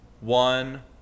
one